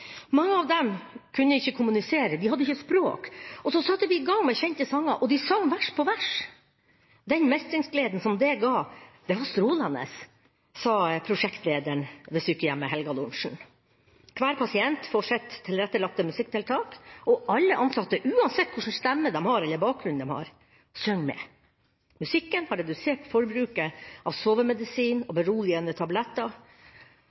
Mange av dem kunne ikke kommunisere. De hadde ikke språk, og så satte vi i gang med kjente sanger, og de sang vers på vers. Den mestringsgleden som det ga, var strålende, sa prosjektlederen ved sykehjemmet, Helga Lorentzen. Hver pasient får sitt eget tilrettelagte musikktiltak, og alle ansatte, uansett hva slags stemme de har eller bakgrunn de har, synger med. Musikken har redusert forbruket av sovemedisin